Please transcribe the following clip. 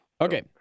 Okay